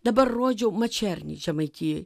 dabar rodžiau mačernį žemaitijoj